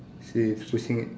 she is pushing it